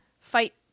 fight